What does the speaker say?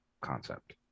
concept